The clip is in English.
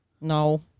No